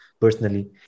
personally